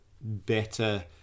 better